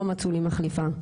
לא מצאו לי מחליפה.